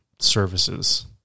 services